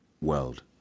world